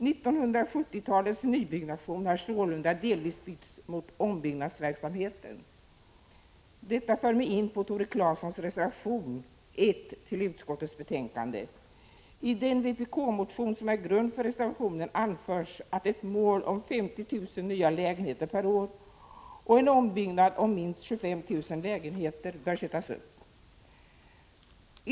1970-talets nybyggnation har sålunda delvis bytts mot ombyggnadsverksamhet. Detta för mig in på Tore Claesons reservation 1 till utskottets betänkande. I den vpk-motion som är grund för reservationen anförs att ett mål om 50 000 nya lägenheter per år och en ombyggnad om minst 25 000 lägenheter bör sättas upp.